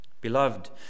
Beloved